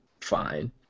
fine